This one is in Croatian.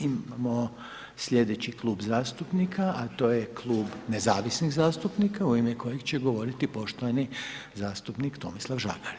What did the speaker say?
Imamo sljedeći Klub zastupnika a to je Klub nezavisnih zastupnika u ime kojeg će govoriti poštovani zastupnik Tomislav Žagar.